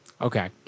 Okay